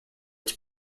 its